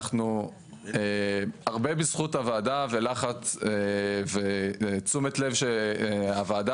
הרבה בזכות הוועדה ותשומת לב שהוועדה